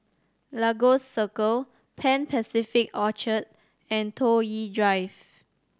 Lagos Circle Pan Pacific Orchard and Toh Yi Drive